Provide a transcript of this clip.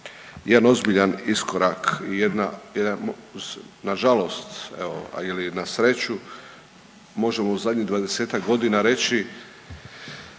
jedan ozbiljan iskorak i jedan na žalost, evo ili na sreću možemo u zadnjih dvadesetak godina reći